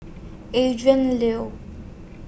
Adrin Liu